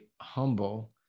humble